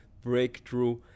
breakthrough